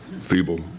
feeble